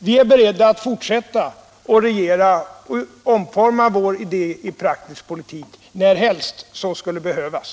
Vi är beredda att fortsätta att regera, att utforma vår idé i praktisk politik närhelst så skulle behövas.